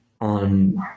on